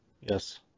Yes